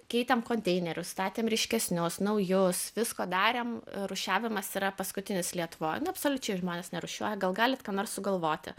keitėm konteinerius statėm ryškesnius naujus visko darėm rūšiavimas yra paskutinis lietuvoj nu absoliučiai žmonės nerūšiuoja gal galit ką nors sugalvoti